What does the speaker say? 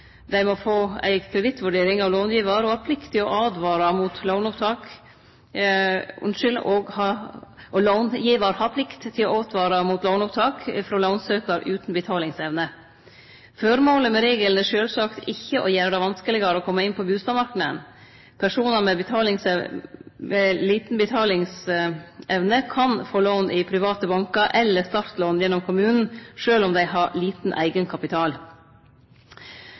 Dei må få ei kredittvurdering, og långivar har plikt til å åtvare mot låneopptak frå lånsøkjarar utan betalingsevne. Føremålet med regelen er sjølvsagt ikkje å gjere det vanskelegare å kome inn på bustadmarknaden. Personar med liten betalingsevne kan få lån i private bankar eller startlån gjennom kommunen, sjølv om dei har liten